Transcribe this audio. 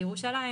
תוך התפלגות בין